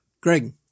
Greg